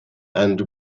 and